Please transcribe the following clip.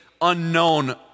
unknown